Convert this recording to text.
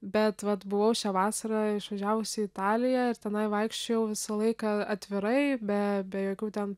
bet vat buvau šią vasarą išvažiavusi į italiją ir tenai vaikščiojau visą laiką atvirai be be jokių ten